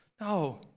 No